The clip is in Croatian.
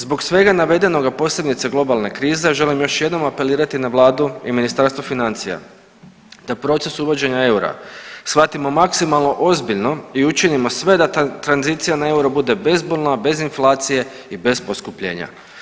Zbog svega navedenoga, posebice globalne krize želim još jednom apelirati na vladu i Ministarstvo financija da proces uvođenja eura shvatimo maksimalno ozbiljno i učinimo sve da tranzicija na euro bude bezbolna, bez inflacije i bez poskupljenja.